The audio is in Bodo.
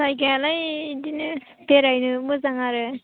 जायगायालाय इदिनो बेरायनो मोजां आरो